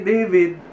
David